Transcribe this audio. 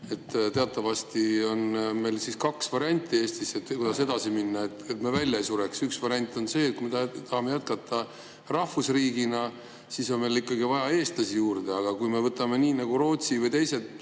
Teatavasti on meil kaks varianti Eestis, kuidas edasi minna, et me välja ei sureks. Üks variant on see, et kui me tahame jätkata rahvusriigina, siis on meil vaja eestlasi juurde. Aga kui me teeme nii nagu Rootsi või teised